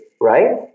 Right